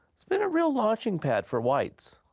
it's been a real launching pad for whites.